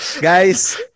Guys